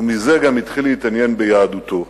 ולכן גם התחיל להתעניין ביהדותו.